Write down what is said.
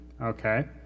okay